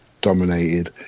dominated